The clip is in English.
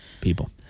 people